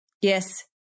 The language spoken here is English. Yes